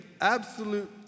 absolute